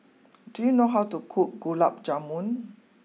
do you know how to cook Gulab Jamun